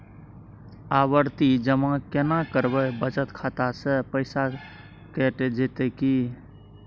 आवर्ति जमा केना करबे बचत खाता से पैसा कैट जेतै की?